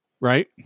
right